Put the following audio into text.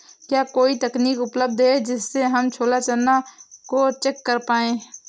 क्या कोई तकनीक उपलब्ध है जिससे हम छोला चना को चेक कर पाए?